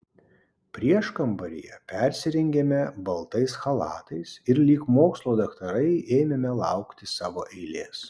prieškambaryje persirengėme baltais chalatais ir lyg mokslo daktarai ėmėme laukti savo eilės